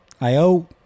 I-O